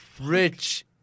Rich